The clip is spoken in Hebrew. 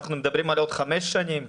אנחנו מדברים על עוד חמש שנים,